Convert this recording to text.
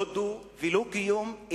לא דו ולא קיום,